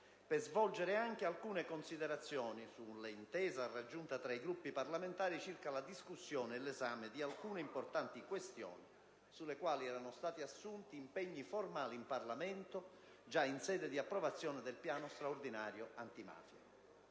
poi svolgere anche alcune considerazioni sull'intesa raggiunta tra i Gruppi parlamentari circa la discussione e l'esame di alcune importanti questioni sulle quali erano stati assunti impegni formali in Parlamento già in sede di approvazione del piano straordinario antimafia.